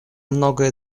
многое